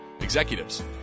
executives